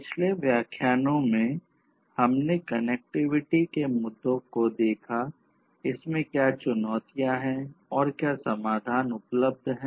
पिछले व्याख्यानों में हमने कनेक्टिविटी के मुद्दों को देखा इसमें क्या चुनौतियाँ हैं और क्या समाधान उपलब्ध हैं